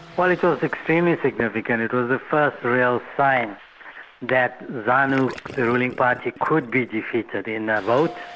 well it was extremely significant. it was the first real sign that zanu, the ruling party, could be defeated in a vote,